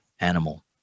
animal